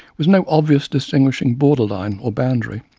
with no obvious distinguishing border line or boundary.